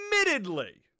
admittedly